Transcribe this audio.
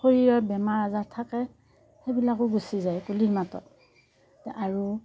শৰীৰত বেমাৰ আজাৰ থাকে সেইবিলাকো গুচি যায় কুলিৰ মাতত আৰু